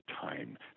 time